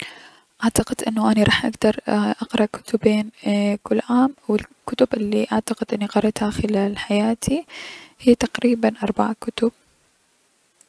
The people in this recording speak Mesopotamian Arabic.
اعتقد انو اني اكدر اقرا كتبين كل عام و عدد الكتب الي اعتقد اني قريتها خلال حياتي هي تقريبا اربع كتب.